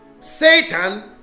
Satan